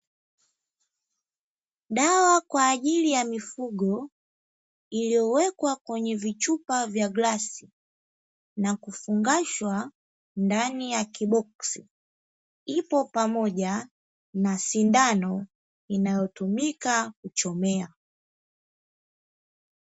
Dawa kwa ajili ya mifugo iliyowekwa kwenye vichupa vya glasi na kufungashwa ndani ya kiboksi, ipo pamoja na sindano inayotumika kuchomea.